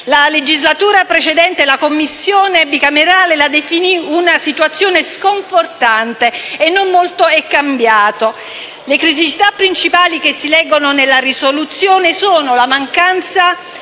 legislatura precedente la Commissione bicamerale la definì una situazione sconfortante e non molto è cambiato. Le criticità principali che si leggono nella relazione sono la mancanza